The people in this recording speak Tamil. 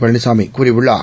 பழனிசாமி கூறியுள்ளார்